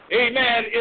Amen